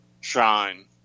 shine